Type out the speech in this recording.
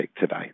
today